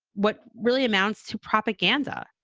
what really amounts to propaganda.